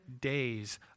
days